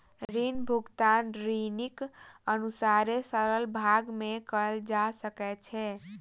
ऋण भुगतान ऋणीक अनुसारे सरल भाग में कयल जा सकै छै